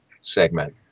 segment